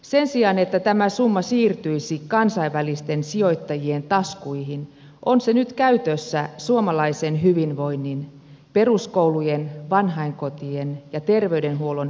sen sijaan että tämä summa siirtyisi kansainvälisten sijoittajien taskuihin on se nyt käytössä suomalaisen hyvinvoinnin peruskoulujen vanhainkotien ja terveydenhuollon rahoittamiseen